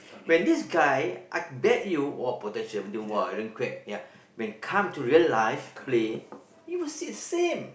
when this guy I bet you !wah! potential even though !wah! damn quick ya when come to real life play you would see the same